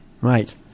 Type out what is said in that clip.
Right